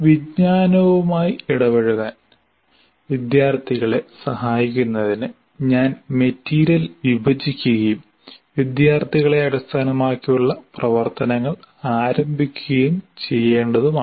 വിജ്ഞാനവുമായി ഇടപഴകാൻ വിദ്യാർത്ഥികളെ സഹായിക്കുന്നതിന് ഞാൻ മെറ്റീരിയൽ വിഭജിക്കുകയും വിദ്യാർത്ഥികളെ അടിസ്ഥാനമാക്കിയുള്ള പ്രവർത്തനങ്ങൾ ആരംഭിക്കുകയും ചെയ്യേണ്ടതുമാണ്